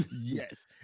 Yes